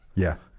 yeah